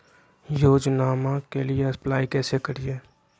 योजनामा के लिए अप्लाई कैसे करिए?